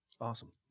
Awesome